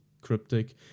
Cryptic